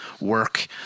work